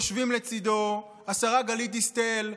יושבים לצידו השרה גלית דיסטל,